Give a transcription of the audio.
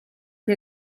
che